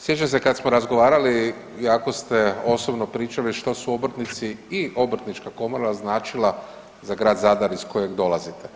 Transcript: sjećam se kad smo razgovarali, iako ste osobno pričali što su obrtnici i obrtnička komora značila za grad Zadar iz kojeg dolazite.